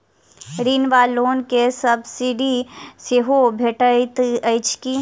ऋण वा लोन केँ सब्सिडी सेहो भेटइत अछि की?